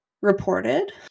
reported